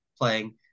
playing